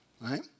right